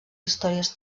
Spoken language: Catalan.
històries